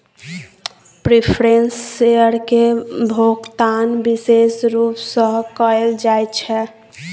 preference शेयरक भोकतान बिशेष रुप सँ कयल जाइत छै